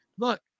Look